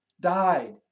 died